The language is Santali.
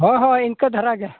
ᱦᱳᱭ ᱦᱳᱭ ᱤᱱᱠᱟᱹ ᱫᱷᱟᱨᱟ ᱜᱮ